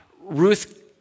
Ruth